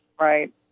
right